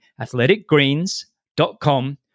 athleticgreens.com